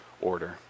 order